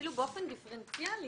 אפילו באופן דיפרנציאלי,